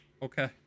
Okay